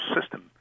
system